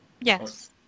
Yes